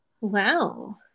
wow